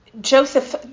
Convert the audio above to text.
joseph